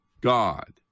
God